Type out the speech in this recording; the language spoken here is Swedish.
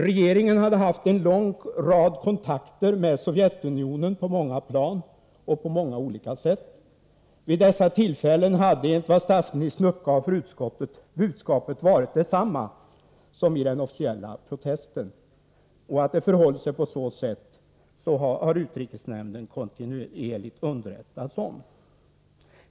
Regeringen hade haft en lång rad kontakter med Sovjetunionen på många plan och på många olika sätt. Vid dessa tillfällen hade, enligt vad statsministern uppgav för utskottet, budskapet varit detsamma som i den officiella protesten. Att det förhållit sig på så sätt har utrikesnämnden kontinuerligt underrättats om.